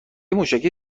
موشکی